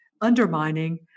undermining